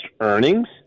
earnings